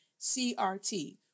crt